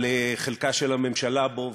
על חלקה של הממשלה בו,